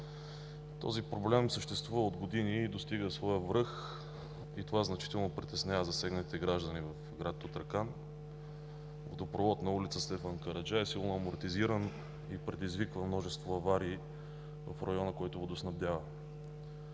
Този проблем съществува от години и достигна своя връх, което значително притеснява засегнатите граждани на град Тутракан. Водопровод на улица „Стефан Караджа“ е силно амортизиран и предизвиква множество аварии в района, който водоснабдява.